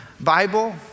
Bible